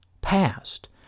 past